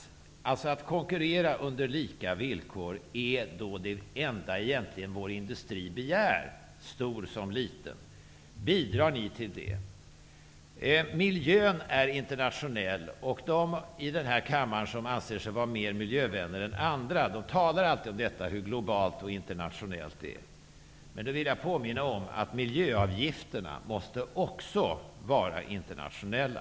Att få konkurrera på lika villkor är egentligen det enda som vår industri, stor som liten, begär. Bidrar ni till det? Miljön är internationell, och de i denna kammare som anser sig vara mer miljövänner än andra talar alltid om hur global och internationell den är. Men jag vill påminna om att miljöavgifterna också måste vara internationella.